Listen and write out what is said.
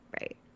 right